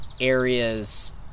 areas